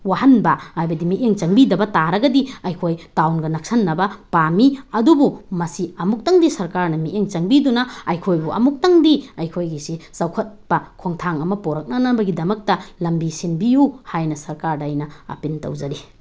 ꯋꯥꯍꯟꯕ ꯍꯥꯏꯕꯗꯤ ꯃꯤꯠꯌꯦꯡ ꯆꯪꯕꯤꯗꯕ ꯇꯥꯔꯒꯗꯤ ꯑꯩꯈꯣꯏ ꯇꯥꯎꯟꯒ ꯅꯛꯁꯤꯟꯅꯕ ꯄꯥꯝꯃꯤ ꯑꯗꯨꯕꯨ ꯃꯁꯤ ꯑꯃꯨꯛꯇꯪꯗꯤ ꯁꯔꯀꯥꯔꯅ ꯃꯤꯠꯌꯦꯡ ꯆꯪꯕꯤꯗꯨꯅ ꯑꯩꯈꯣꯏꯕꯨ ꯑꯃꯨꯛꯇꯪꯗꯤ ꯑꯩꯈꯣꯏꯒꯤꯁꯤ ꯆꯥꯎꯈꯠꯄ ꯈꯣꯡꯊꯥꯡ ꯑꯃ ꯄꯣꯔꯛꯅꯅꯕꯒꯤꯗꯃꯛꯇ ꯂꯝꯕꯤ ꯁꯤꯟꯕꯤꯌꯨ ꯍꯥꯏꯅ ꯁꯔꯀꯥꯔꯗ ꯑꯩꯅ ꯑꯥꯄꯤꯜ ꯇꯧꯖꯔꯤ